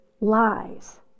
lies